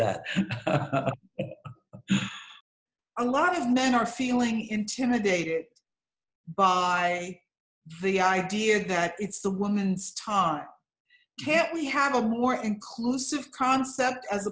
that a lot of men are feeling intimidated by the idea that it's the woman's tongue yet we have a more inclusive concept as